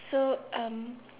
so um